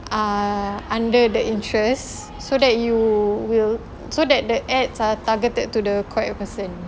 under the interest so that you will so that the ads are targeted to the correct person